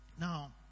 Now